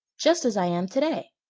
just as i am today.